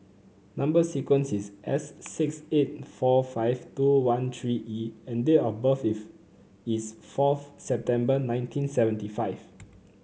number sequence is S six eight four five two one three E and date of birth if is fourth September nineteen seventy five